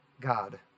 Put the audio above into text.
God